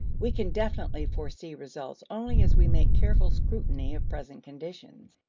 we can definitely foresee results only as we make careful scrutiny of present conditions,